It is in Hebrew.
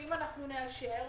שאם נאשר,